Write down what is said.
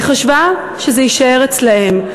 היא חשבה שזה יישאר אצלם.